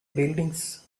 buildings